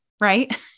right